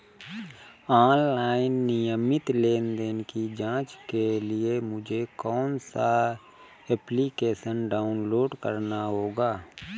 Online नियमित लेनदेन की जांच के लिए मुझे कौनसा एप्लिकेशन डाउनलोड करना होगा?